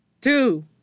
two